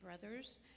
brothers